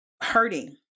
hurting